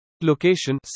Location